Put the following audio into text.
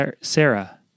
Sarah